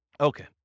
Okay